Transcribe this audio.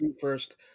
first